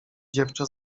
dziewczę